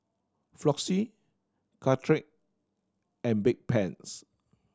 Floxia Caltrate and Bedpans